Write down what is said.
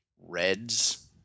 Reds